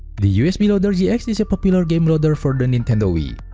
the usb loader gx is a popular game loader for the nintendo wii,